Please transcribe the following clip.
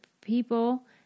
people